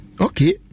Okay